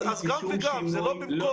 אז גם וגם, זה לא במקום.